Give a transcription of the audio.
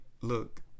Look